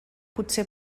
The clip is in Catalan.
potser